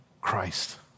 Christ